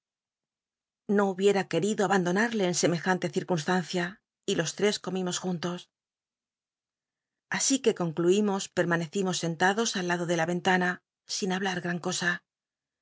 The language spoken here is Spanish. o hubiem querido abandonarle en semejante circunstancia y los tres comimos juntos así que concluimos pcmanccimos scnt ldos al lado de la ventana sin habla gl n cosa